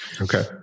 Okay